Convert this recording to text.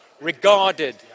regarded